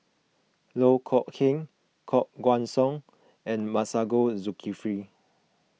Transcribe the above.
Loh Kok Heng Koh Guan Song and Masagos Zulkifli